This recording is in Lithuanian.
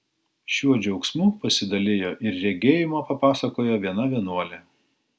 šiuo džiaugsmu pasidalijo ir regėjimą papasakojo viena vienuolė